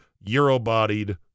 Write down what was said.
Euro-bodied